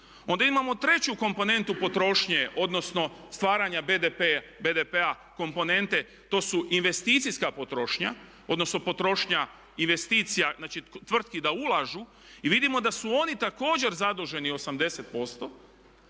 Onda imamo treću komponentu potrošnje, odnosno stvaranja BDP-a komponente. To su investicijska potrošnja, odnosno potrošnja investicija, znači tvrtki da ulažu. I vidimo da su oni također zaduženi 80%.